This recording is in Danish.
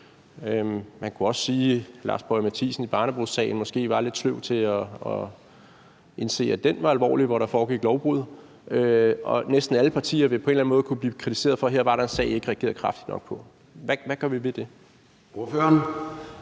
Man kunne også sige, at hr. Lars Boje Mathiesen i barnebrudssagen måske var lidt sløv til at indse, at den var alvorlig, for der foregik lovbrud. Næsten alle partier vil på en eller anden måde kunne blive kritiseret for, at der har været sager, de ikke har reageret kraftigt nok på. Hvad gør vi ved det?